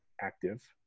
active